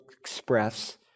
express